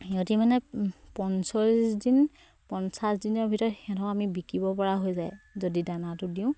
সিহঁতি মানে পঞ্চলিছ দিন পঞ্চাছ দিনৰ ভিতৰত সিহঁতক আমি বিকিব পৰা হৈ যায় যদি দানাটো দিওঁ